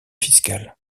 fiscales